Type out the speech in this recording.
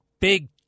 big